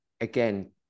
again